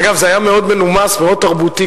אגב, זה היה מאוד מנומס, מאוד תרבותי.